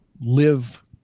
Live